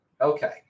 Okay